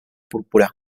púrpura